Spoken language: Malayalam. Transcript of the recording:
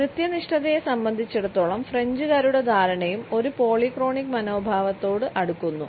കൃത്യനിഷ്ഠതയെ സംബന്ധിച്ചിടത്തോളം ഫ്രഞ്ചുകാരുടെ ധാരണയും ഒരു പോളിക്രോണിക് മനോഭാവത്തോട് അടുക്കുന്നു